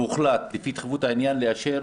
והוחלט לאשר